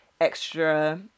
extra